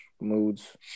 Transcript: moods